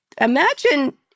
imagine